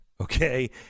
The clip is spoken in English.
Okay